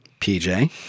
PJ